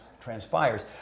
transpires